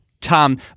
Tom